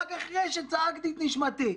רק אחרי שצעקתי את נשמתי,